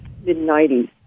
mid-90s